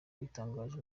abitangaje